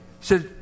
says